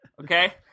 Okay